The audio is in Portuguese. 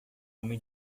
homem